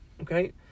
Okay